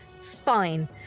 fine